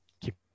keep